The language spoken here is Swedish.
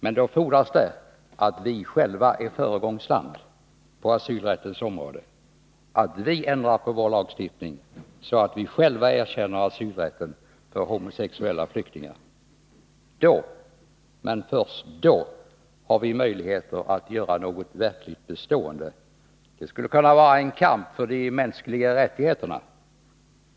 Men då fordras det att vi själva är föregångsland på asylrättens område, att vi ändrar vår lagstiftning så att vi själva erkänner asylrätten för homosexuella flyktingar. Då, men först då, har vi möjligheter att göra något verkligt bestående. Det skulle kunna vara en kamp för de mänskliga rättigheterna.